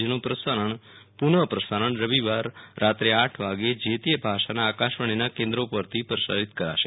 જેનું પુનઃ પ્રસારણ રવીવાર રાત્રે આઠ વાગ્યે જે તે ભાષાના આકાશવાણીના કેન્દ્રો પરથી કરાશે